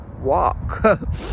walk